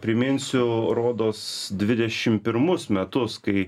priminsiu rodos dvidešim pirmus metus kai